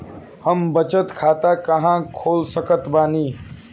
हम बचत खाता कहां खोल सकत बानी?